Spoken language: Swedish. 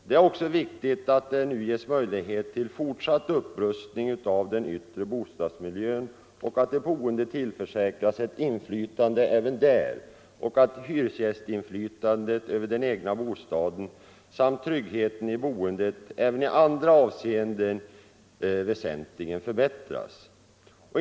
Det är även viktigt att det nu ges möjlighet till fortsatt upprustning av den yttre bostadsmiljön, att de boende tillförsäkras ett inflytande även där och att hyresgästinflytandet över den egna bostaden samt tryggheten i boendet också i andra avseenden väsentligen förbättras.